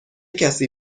کسی